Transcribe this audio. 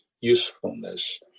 usefulness